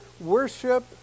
worship